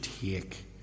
take